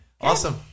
awesome